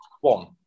one